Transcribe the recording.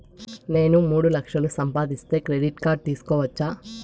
నేను మూడు లక్షలు సంపాదిస్తే క్రెడిట్ కార్డు తీసుకోవచ్చా?